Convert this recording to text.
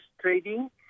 trading